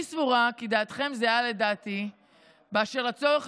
אני סבורה כי דעתכם זהה לדעתי באשר לצורך